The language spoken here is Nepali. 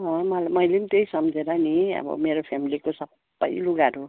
मैले मैले पनि त्यही सम्झेर नि अब मेरो फ्यामिलीको सबै लुगाहरू